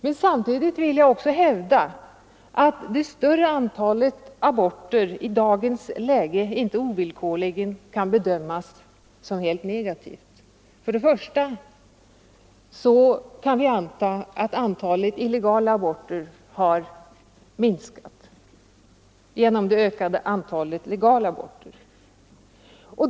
Men samtidigt vill jag hävda att det större antalet aborter i dagens läge inte ovillkorligen kan bedömas som något helt negativt. Vi kan nämligen anta att antalet illegala aborter har minskat till följd av det ökade antalet legala aborter.